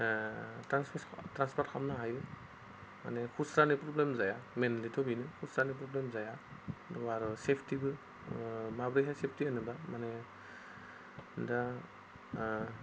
transfer खालामनो हायो माने खुस्रानि प्रब्लेम जाया मेनलिथ' बेनो खुस्रानि प्रब्लेम जाया आरो सेफ्टिबो माबोरैहाय सेफ्टि होनोब्ला माने दा